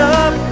up